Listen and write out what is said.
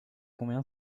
combien